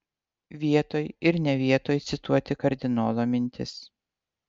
vietoj ir ne vietoj cituoti kardinolo mintis